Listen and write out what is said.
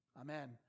Amen